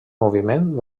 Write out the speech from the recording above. moviment